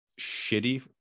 shitty